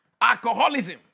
Alcoholism